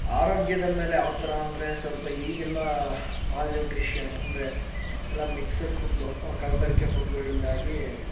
ಆರೋಗ್ಯದ ಮೇಲೆ ಯಾವ ಥರ ಅಂದರೆ ಸ್ವಲ್ಪ ಈಗೆಲ್ಲ ಮಾಲ್ ನ್ಯೂಟ್ರಿಷನ್ ಅಂದರೆ ಎಲ್ಲ ಮಿಕ್ಸ್ಡ್ ಫುಡ್ಡು ಕಲಬೆರೆಕೆ ಫುಡ್ಡುಗಳಿಂದಾಗಿ